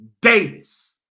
Davis